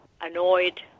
annoyed